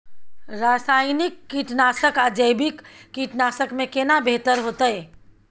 रसायनिक कीटनासक आ जैविक कीटनासक में केना बेहतर होतै?